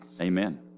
Amen